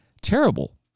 Terrible